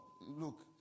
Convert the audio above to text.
look